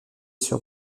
sur